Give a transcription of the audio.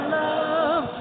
love